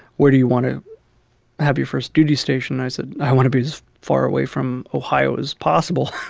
where do you want to have your first duty station? i said, i want to be as far away from ohio as possible.